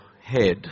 head